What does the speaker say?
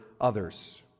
others